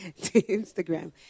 Instagram